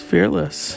Fearless